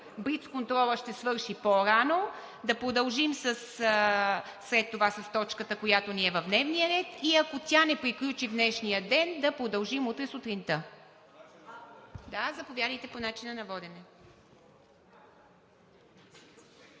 блицконтролът ще свърши по-рано и да продължим след това с точката, която е в дневния ред, и ако тя не приключи в днешния ден, да продължим утре сутринта. Да, заповядайте – по начина на водене.